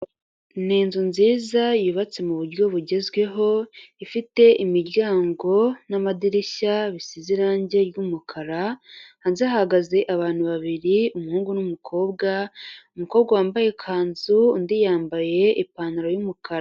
Ni inzu nziza yubatse mu buryo bugezweho, ifite imiryango n'amadirishya bisize irangi ry'umukara, hanze hahagaze abantu babiri umuhungu n'umukobwa, umukobwa wambaye ikanzu undi yambaye ipantaro y'umukara.